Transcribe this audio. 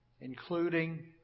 including